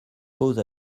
posent